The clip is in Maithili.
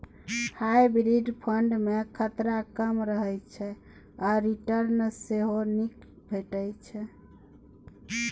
हाइब्रिड फंड मे खतरा कम रहय छै आ रिटर्न सेहो नीक भेटै छै